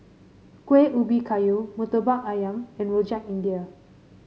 Kueh Ubi Kayu murtabak ayam and Rojak India